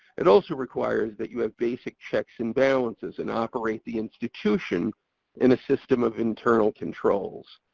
it also requires that you have basic checks and balances, and operate the institution in a system of internal controls.